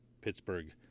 Pittsburgh